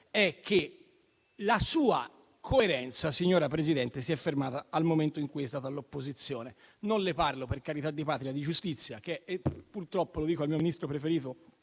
è che la sua coerenza, signora Presidente, si è fermata al momento in cui è stata all'opposizione. Non le parlo, per carità di patria, di giustizia, che purtroppo - lo dico al mio Ministro preferito